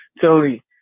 Tony